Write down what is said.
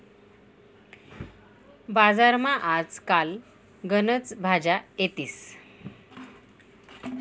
बजारमा आज काल गनच भाज्या येतीस